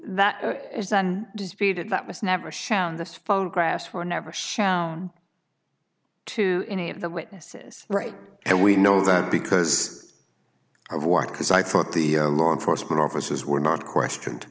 that is disputed that was never shown this photographs were never shown to any of the witnesses right now we know that because i want because i thought the law enforcement officers were not questioned